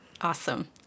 awesome